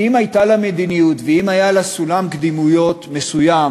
כי אם הייתה לה מדיניות ואם היה לה סולם קדימויות מסוים,